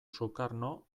sukarno